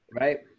Right